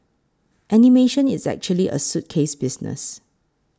animation is actually a suitcase business